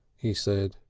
he said.